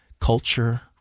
culture